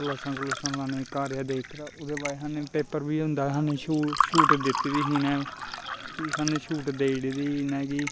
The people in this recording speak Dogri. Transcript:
क्लासां क्लूसां लाने गी घर गै देई दित्ते दा ओह्दे बाद सानूं पेपर बी होंदा हा निं छू छूट दित्ती दी ही इ'नें कि सानूं छूट देई ओड़ी दी ही इ'नें कि